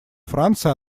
франция